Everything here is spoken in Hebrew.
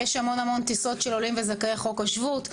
יש המון טיסות של עולים וזכאי חוק השבות.